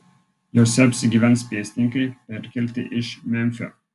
jose apsigyvens pėstininkai perkelti iš memfio